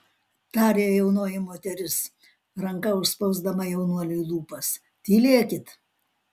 tarė jaunoji moteris ranka užspausdama jaunuoliui lūpas tylėkit